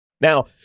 Now